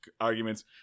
arguments